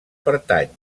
pertany